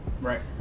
right